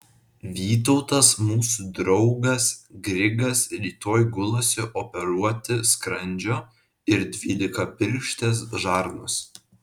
vytautas mūsų draugas grigas rytoj gulasi operuoti skrandžio ir dvylikapirštės žarnos